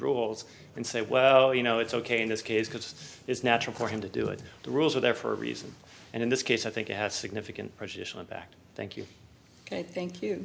rules and say well you know it's ok in this case because it's natural for him to do it the rules are there for a reason and in this case i think it has significant prejudicial impact thank you i think you